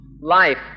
life